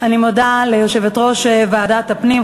אני מודה ליושבת-ראש ועדת הפנים,